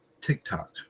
TikTok